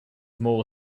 more